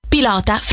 Pilota